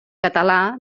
català